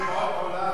"גבעות עולם".